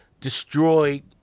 destroyed